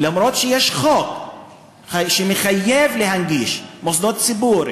שלמרות שיש חוק שמחייב להנגיש מוסדות ציבור,